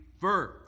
verb